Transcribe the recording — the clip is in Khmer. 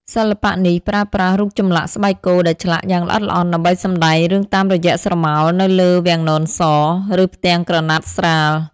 សិល្បៈនេះប្រើប្រាស់រូបចម្លាក់ស្បែកគោដែលឆ្លាក់យ៉ាងល្អិតល្អន់ ដើម្បីសម្ដែងរឿងតាមរយៈស្រមោលនៅលើវាំងននស ឬផ្ទាំងក្រណាត់ស្រាល។